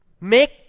make